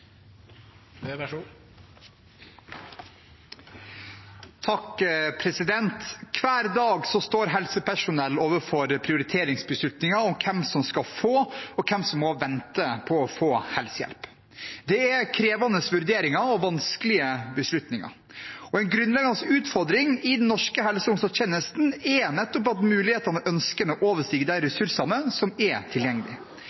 Så denne regjeringen er godt i gang også med å ruste kommunene til det arbeidet de skal gjøre. Hver dag står helsepersonell overfor prioriteringsbeslutninger om hvem som skal få, og hvem som må vente på å få helsehjelp. Det er krevende vurderinger og vanskelige beslutninger. En grunnleggende utfordring i den norske helse- og omsorgstjenesten er nettopp at mulighetene